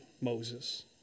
Moses